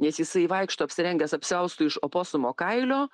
nes jisai vaikšto apsirengęs apsiaustu iš oposumo kailio